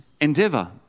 endeavor